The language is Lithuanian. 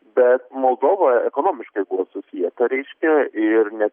bet moldovoje ekonomiškai susieta reiškia ir ne